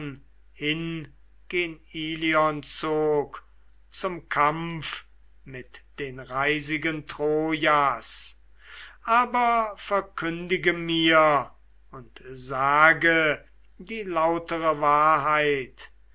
hin gen ilion zog zum kampf mit den reisigen trojas aber verkündige mir und sage die lautere wahrheit